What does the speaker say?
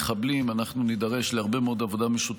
המשפטים יריב לוין: תודה רבה, אדוני היושב-ראש.